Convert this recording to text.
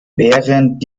während